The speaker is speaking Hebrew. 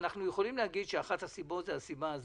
אנחנו יכולים לומר שאחת הסיבות זאת הסיבה הזאת.